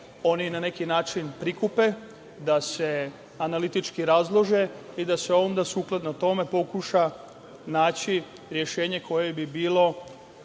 oni na neki način prikupe, da se analitički razlože i da se onda, skladno tome, pokuša naći rešenje koje bi bilo